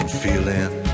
feeling